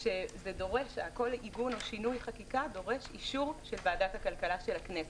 כשכל עיגון או שינוי חקיקה דורש אישור של ועדת הכלכלה של הכנסת,